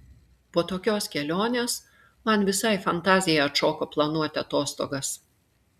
po tokios kelionės man visai fantazija atšoko planuot atostogas